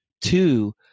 Two